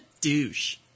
douche